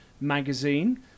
magazine